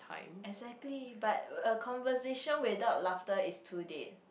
exactly but a conversation without laughter is too deep